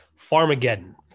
Farmageddon